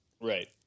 Right